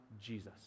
Jesus